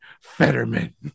Fetterman